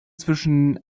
zwischen